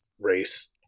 race